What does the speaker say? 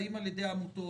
מבוצעים על-ידי עמותות,